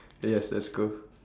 eh yes let's go